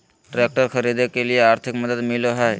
Tractor खरीदे के लिए आर्थिक मदद मिलो है?